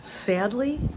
Sadly